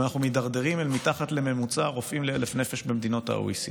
ואנחנו מידרדרים אל מתחת לממוצע הרופאים ל-1,000 נפש במדינות ה-OECD.